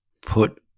put